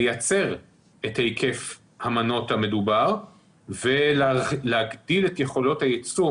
לייצר את היקף המנות המדובר ולהגדיל את יכולות הייצור,